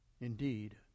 indeed